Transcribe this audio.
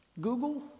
Google